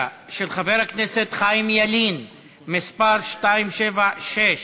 של חבר הכנסת חיים ילין מס' 276: